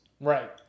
Right